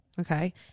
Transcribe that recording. Okay